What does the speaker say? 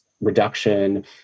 reduction